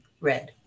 Red